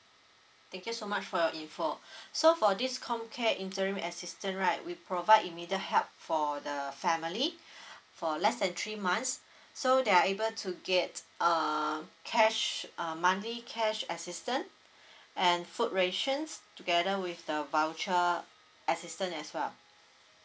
thank you so much for your info so for this com care interim assistant right we provide immediate help for the family for less than three months so they are able to get uh cash err monthly cash assistant and food rations together with the voucher assistant as well